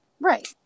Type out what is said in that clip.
Right